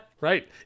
right